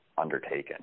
undertaken